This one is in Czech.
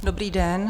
Dobrý den.